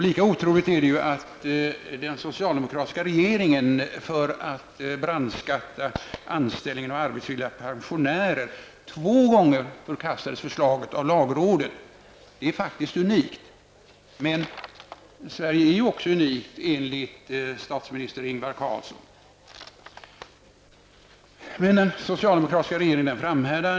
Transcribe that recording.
Lika otroligt är det ju att den socialdemokratiska regeringen, när den vill brandskatta anställningen av arbetsvilliga pensionärer, två gånger får förslaget förkastat i lagrådet. Det är faktiskt unikt! Men Sverige är ju unikt enligt statsminister Ingvar Carlsson. Den socialdemokratiska regeringen framhärdar.